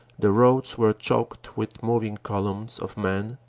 the roads were choked with moving columns of men,